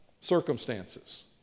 circumstances